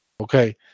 Okay